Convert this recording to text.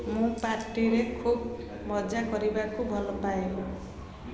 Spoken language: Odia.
ମୁଁ ପାର୍ଟିରେ ଖୁବ୍ ମଜା କରିବାକୁ ଭଲ ପାଏ